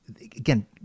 again